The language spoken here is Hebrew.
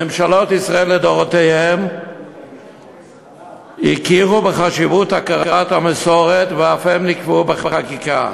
ממשלות ישראל לדורותיהן הכירו בחשיבות הכרת המסורת ואף קבעו זאת בחקיקה,